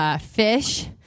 Fish